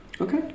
Okay